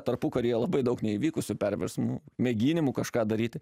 tarpukaryje labai daug neįvykusių perversmų mėginimų kažką daryti